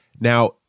Now